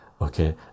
okay